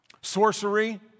Sorcery